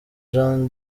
jean